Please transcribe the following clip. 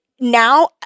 now